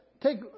Take